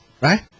Right